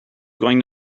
going